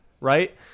right